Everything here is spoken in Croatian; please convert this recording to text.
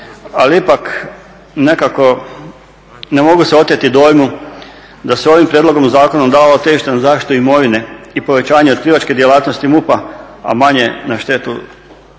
Ali ipak nekako ne mogu se oteti dojmu da se ovim prijedlogom zakona dalo težište na zaštitu imovine i povećanje …/Govornik se ne razumije./… djelatnosti MUP-a a manje na zaštitu